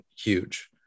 huge